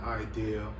idea